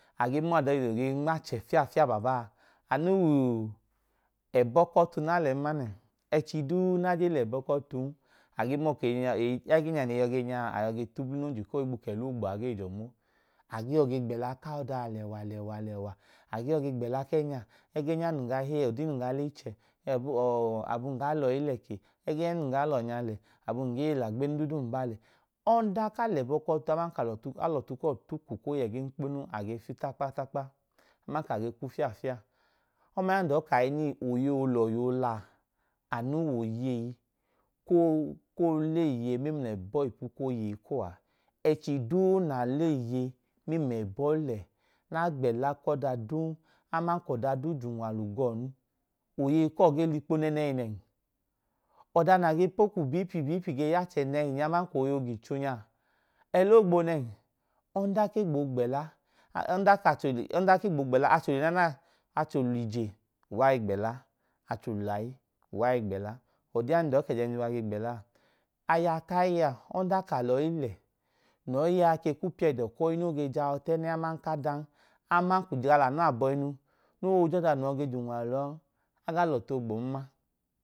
Age mọọ oda no ge nma’che fia fia babanyaa anu wuu ebọ kọtu na lẹnmanẹ. Ẹchi duu na jen le bok’otun ẹgẹ neyi yọ genugaa ayọ ge t’ubl’unonji koo ohigbu kela agboa ge juọ nmọ. Age yọ ge gbela kaọda alewa lewalwa. Ajee yọ ge gbẹla k’ẹẹnya, egẹẹnya num ga hei ọdinya nun gee le ichẹ, ọọ abun ga lọyi lẹ kẹ ẹgẹẹnya nun gaa lọnga le, abungee lagbenu dudu mbaa lee? Ọnda ka lebọ k’otu aman ka lọtu kọọ lotu ko luku ko ye ga enkponu fiu takpa takpa aman ka ge kwu fiafia. Omaya ndọọ kahinin oyeyi olohi ola anu w’oyei ko kooleye meml’ebo ipu koyei kuwoa. Ẹchi duu na leye mẹmlẹba le nagbela kọ da dun aman kọdaduu j’unwalu gọn oyei kọọ ge likpo nenehi nen. Ọda na ge po ku ‘bp u bp ge ya nẹhi nya aman k’oyi ogicho na eloogbonen, onda ke gboo gbela acho lye uwai gbela, acho layi uwai gbela. Ọdiya nun duwa ke jeujuwa ge gbela? Aya kayi a ọdọnka ka loyi le noi a ke kwu pi ẹdọ kọyi no jahọ t’ene aman k’adan, aman kujela la nu aboinu noojodano ge j’unwalu lọọn aga lọtu ogbonma.